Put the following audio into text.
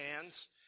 hands